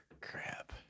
Crap